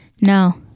no